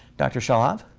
dr. charlotte.